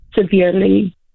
severely